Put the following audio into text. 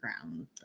ground